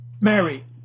Mary